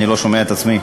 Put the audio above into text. אני לא שומע את עצמי.